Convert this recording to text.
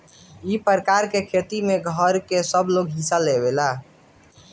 ई प्रकार के खेती में घर के सबलोग हिस्सा लेवेला